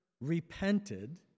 repented